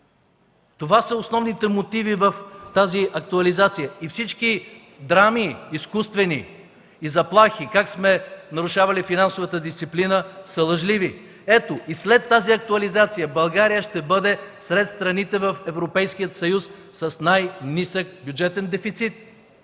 Това са основните мотиви в тази актуализация. Всички изкуствени драми и заплахи как сме нарушавали финансовата дисциплина са лъжливи. Ето, и след тази актуализация България ще бъде сред страните в Европейския съюз с най-нисък бюджетен дефицит!